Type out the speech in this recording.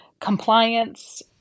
compliance